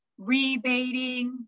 rebating